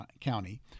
County